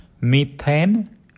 Methane